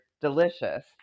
delicious